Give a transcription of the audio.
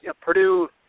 Purdue